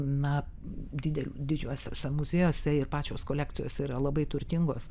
na didel didžiuosiuose muziejuose ir pačios kolekcijos yra labai turtingos